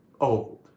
old